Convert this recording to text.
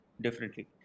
differently